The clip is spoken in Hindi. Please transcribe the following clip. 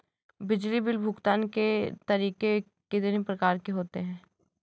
बिजली बिल भुगतान के तरीके कितनी प्रकार के होते हैं?